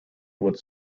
would